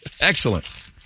Excellent